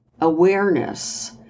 awareness